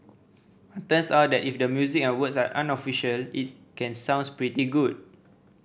turns out that if the music and words are unofficial it can sounds pretty good